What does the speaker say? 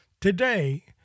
Today